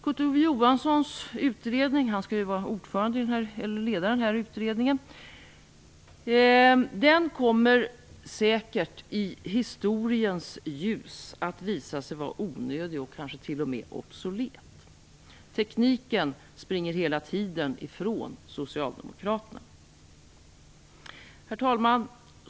Kurt Ove Johanssons utredning, han skall ju leda den, kommer säkert i historiens ljus att visa sig vara onödig och kanske t.o.m. obsolet. Tekniken springer hela tiden ifrån Socialdemokraterna. Herr talman!